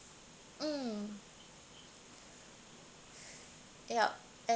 mm yup and